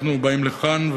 אנחנו באים לכאן,